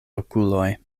okuloj